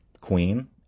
queen